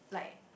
like